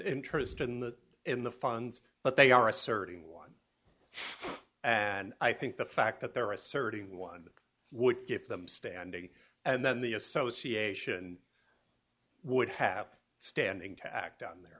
interest in that in the funds but they are asserting one and i think the fact that they're asserting one would give them standing and then the association would have standing to act